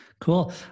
Cool